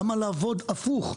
למה לעבוד הפוך?